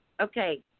Okay